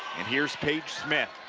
and here's paige smith